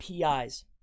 Pi's